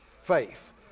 faith